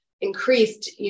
increased